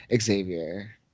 Xavier